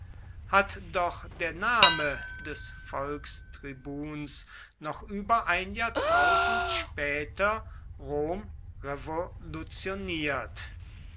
hat doch der name des volkstribuns noch über ein jahrtausend später rom revolutioniert